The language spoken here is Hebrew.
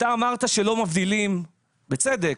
אתה אמרת שלא מבדילים, בצדק,